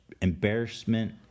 embarrassment